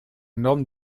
norme